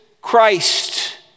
Christ